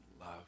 love